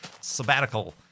sabbatical